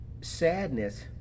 sadness